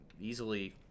easily